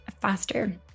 faster